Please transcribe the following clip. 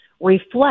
reflect